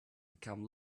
become